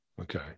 Okay